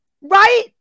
Right